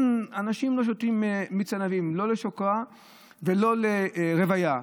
אנשים לא שותים מיץ ענבים לא לשוכרה ולא לרוויה.